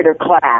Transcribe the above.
class